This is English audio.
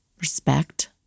respect